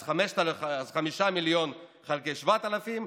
אז 5 מיליון חלקי 7,000,